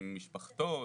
עם משפחתו,